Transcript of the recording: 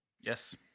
Yes